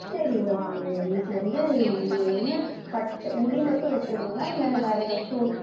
சரிங்க வாங்கங்க இன்னக்கு வந்து நீங்கள் என்ன கட் முடி மட்டும் வெட்டுறதுங்களா இல்லை வேறு எதாச்சும்